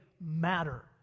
matter